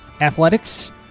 athletics